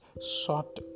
sought